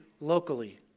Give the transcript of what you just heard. locally